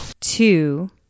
two